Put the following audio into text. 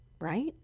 right